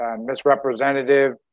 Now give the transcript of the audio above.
misrepresentative